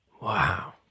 Wow